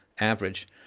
average